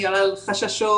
על חששות,